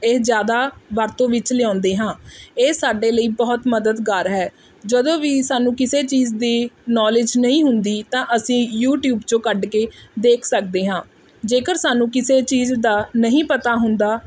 ਇਹ ਜਿਆਦਾ ਵਰਤੋਂ ਵਿੱਚ ਲਿਆਉਂਦੇ ਹਾਂ ਇਹ ਸਾਡੇ ਲਈ ਬਹੁਤ ਮਦਦਗਾਰ ਹੈ ਜਦੋਂ ਵੀ ਸਾਨੂੰ ਕਿਸੇ ਚੀਜ਼ ਦੀ ਨੋਲੇਜ ਨਹੀਂ ਹੁੰਦੀ ਤਾਂ ਅਸੀਂ ਯੂ ਟੀਊਬ 'ਚੋਂ ਕੱਢ ਕੇ ਦੇਖ ਸਕਦੇ ਹਾਂ ਜੇਕਰ ਸਾਨੂੰ ਕਿਸੇ ਚੀਜ਼ ਦਾ ਨਹੀਂ ਪਤਾ ਹੁੰਦਾ